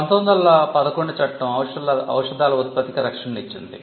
1911 చట్టం ఔషధాల ఉత్పత్తికి రక్షణను ఇచ్చింది